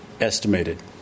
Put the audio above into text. estimated